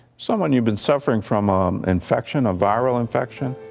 someone you've been suffering from um infection, a viral infection.